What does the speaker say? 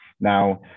Now